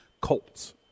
Colts